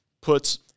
puts